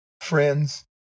friends